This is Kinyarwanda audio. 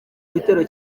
igitero